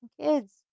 kids